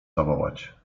zawołać